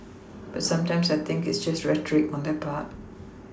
but sometimes I think it's just rhetoric on their part